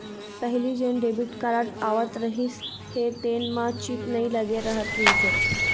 पहिली जेन debit card आवत रहिस हे तेन म चिप नइ लगे रहत रहिस हे